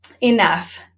enough